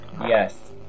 Yes